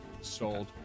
sold